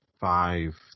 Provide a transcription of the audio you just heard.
five